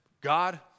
God